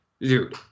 dude